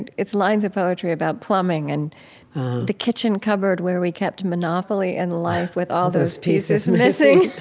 and it's lines of poetry about plumbing and the kitchen cupboard where we kept monopoly and life, with all those pieces missing,